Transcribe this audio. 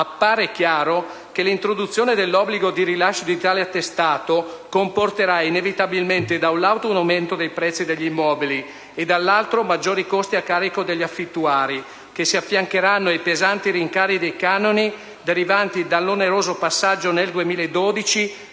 Appare chiaro che l'introduzione dell'obbligo di rilascio di tale attestato comporterà inevitabilmente, da un lato, un aumento dei prezzi degli immobili e, dall'altro, maggiori costi a carico degli affittuari, che si affiancheranno ai pesanti rincari dei canoni derivanti dall'oneroso passaggio nel 2012